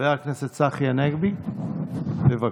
חבר הכנסת צחי הנגבי, בבקשה.